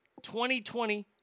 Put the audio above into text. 2020